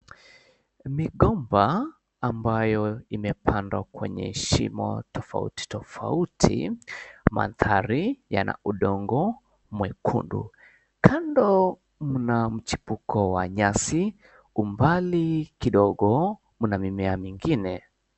Migomba ambayo imepandwa kwenye shimo tofauti tofauti mandhari yana udongo mwekundu kando mna mchipuko wa nyasi umbali kidogo mna mimea mingine.